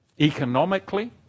Economically